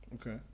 okay